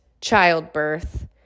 childbirth